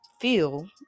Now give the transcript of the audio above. Feel